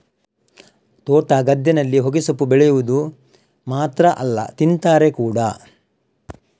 ತೋಟ, ಗದ್ದೆನಲ್ಲಿ ಹೊಗೆಸೊಪ್ಪು ಬೆಳೆವುದು ಮಾತ್ರ ಅಲ್ಲ ತಿಂತಾರೆ ಕೂಡಾ